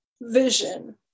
vision